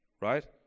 right